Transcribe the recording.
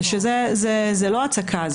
זו לא הצקה,